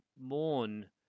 mourn